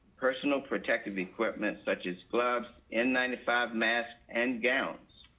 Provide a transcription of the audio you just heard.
personal protective equipment such as clubs in ninety five, mass and gowns.